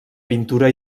pintura